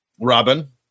Robin